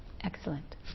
Excellent